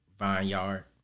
Vineyard